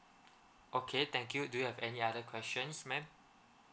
okay thank you do you have any other questions ma'am